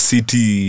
City